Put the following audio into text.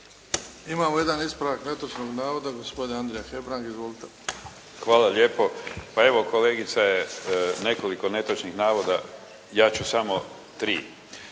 Imamo jedan ispravak netočnog navoda, gospodin Andrija Hebrang. Izvolite. **Hebrang, Andrija (HDZ)** Hvala lijepo. Pa evo kolegica je nekoliko netočnih navoda, ja ću samo tri.